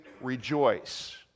rejoice